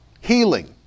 healing